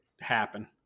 happen